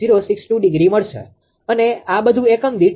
062° મળશે અને આ બધું એકમ દીઠ છે